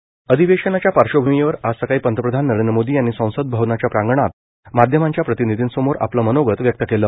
नरेंद्र मोदी अधिवेशानाच्या पार्श्वभूमीवर आज सकाळी पंतप्रधान नरेंद्र मोदी यांनी संसद भवनाच्या प्रांगणात माध्यमांच्या प्रतिनिधींसमोर आपलं मनोगत व्यक्त केलं